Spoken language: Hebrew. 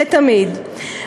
לתמיד.